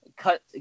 Cut